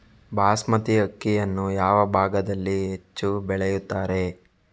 ಬಾಸ್ಮತಿ ಅಕ್ಕಿಯನ್ನು ಯಾವ ಭಾಗದಲ್ಲಿ ಹೆಚ್ಚು ಬೆಳೆಯುತ್ತಾರೆ?